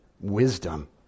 wisdom